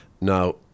Now